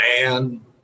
man